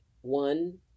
one